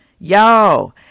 y'all